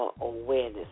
Awareness